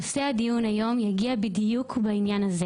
נושא הדיון היום נוגע בדיוק בעניין הזה